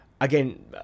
again